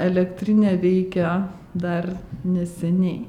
elektrinė veikia dar neseniai